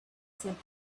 said